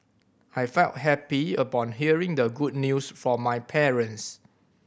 I felt happy upon hearing the good news from my parents